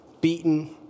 beaten